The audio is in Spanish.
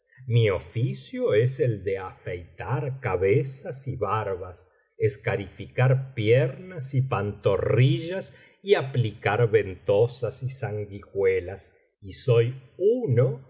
mi oficio es el de afeitar cabezas y barbas escarificar piernas y pantorrillas biblioteca valenciana generalitat valenciana historia del jorobado y aplicar ventosas y sanguijuelas y soy uno